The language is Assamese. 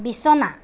বিছনা